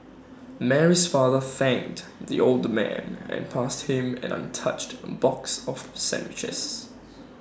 Mary's father thanked the old man and passed him an untouched box of sandwiches